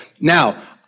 Now